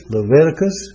Leviticus